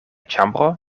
ĉambro